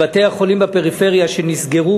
אדוני היושב-ראש, רבותי השרים, חברי הכנסת,